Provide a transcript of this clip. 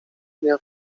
dnia